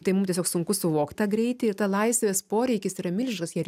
tai mum tiesiog sunku suvokt tą greitį ir tą laisvės poreikis yra milžiniškas